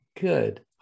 Good